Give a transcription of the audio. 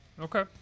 Okay